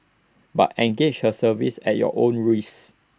but engage her services at your own risk